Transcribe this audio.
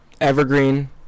evergreen